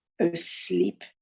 asleep